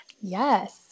Yes